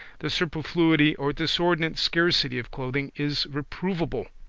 the superfluity or disordinate scarcity of clothing is reprovable.